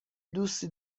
دوستی